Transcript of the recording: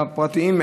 הפרטיים,